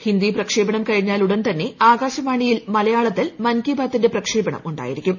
ഹിന്ദി പ്രക്ഷേപണ്ട് പ്രകൃഷിഞ്ഞാൽ ഉടൻ തന്നെ ആകാശവാണിയിൽ മലയാളത്തിൽ മുൻ കി ബാത്തിന്റെ പ്രക്ഷേപണം ഉണ്ടായിരിക്കും